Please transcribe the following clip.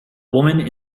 woman